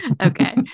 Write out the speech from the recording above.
Okay